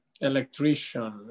electrician